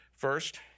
First